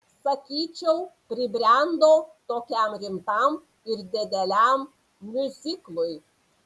sakyčiau pribrendo tokiam rimtam ir dideliam miuziklui